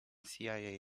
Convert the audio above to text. cia